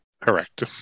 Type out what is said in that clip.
correct